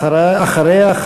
ואחריה,